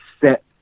set